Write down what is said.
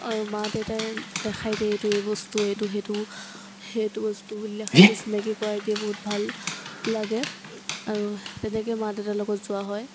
আৰু মা দেউতাই দেখাই দিয়ে এইটো এই বস্তু এইটো সেইটো সেইটো বস্তু বুলি দেখাই দিয়ে চিনাকি কৰাই দিয়ে বহুত ভাল লাগে আৰু তেনেকৈ মা দেউতাৰ লগত যোৱা হয়